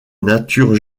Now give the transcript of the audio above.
natures